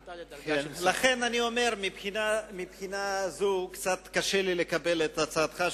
לכן אני אומר שמבחינה זו קצת קשה לי לקבל את הצעתך,